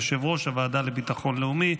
יושב-ראש הוועדה לביטחון לאומי,